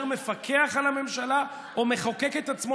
יותר מפקח על הממשלה או מחוקק את עצמו